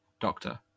Doctor